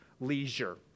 leisure